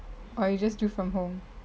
or you just do from home